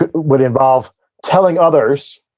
but would involve telling others,